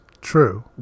True